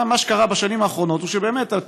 מה שקרה בשנים האחרונות הוא שבאמת אתה,